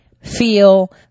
feel